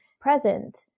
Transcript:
present